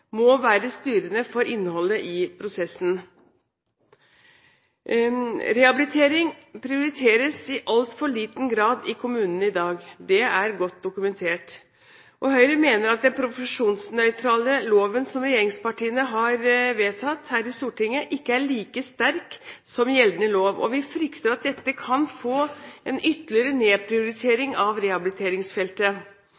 må være styrende for innholdet i prosessen. Rehabilitering prioriteres i altfor liten grad i kommunene i dag. Det er godt dokumentert. Høyre mener at den profesjonsnøytrale loven som regjeringspartiene har vedtatt her i Stortinget, ikke er like sterk som gjeldende lov, og vi frykter at dette kan føre til en ytterligere